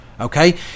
Okay